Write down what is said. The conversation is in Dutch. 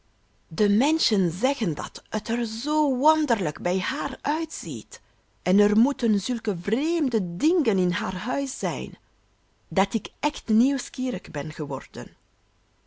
de menschen zeggen dat het er zoo wonderlijk bij haar uitziet en er moeten zulke vreemde dingen in haar huis zijn dat ik echt nieuwsgierig ben geworden